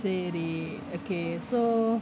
சரி:seri okay so